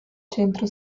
centro